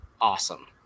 awesome